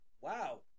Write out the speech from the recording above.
Wow